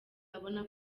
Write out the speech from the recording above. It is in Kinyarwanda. abona